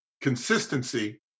consistency